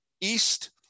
East